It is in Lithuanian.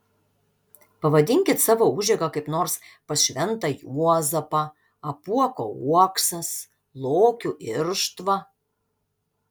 pavadinkit savo užeigą kaip nors pas šventą juozapą apuoko uoksas lokių irštva